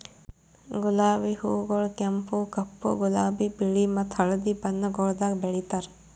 ಗುಲಾಬಿ ಹೂಗೊಳ್ ಕೆಂಪು, ಕಪ್ಪು, ಗುಲಾಬಿ, ಬಿಳಿ ಮತ್ತ ಹಳದಿ ಬಣ್ಣಗೊಳ್ದಾಗ್ ಬೆಳೆತಾರ್